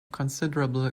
considerable